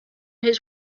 his